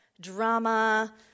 drama